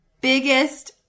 biggest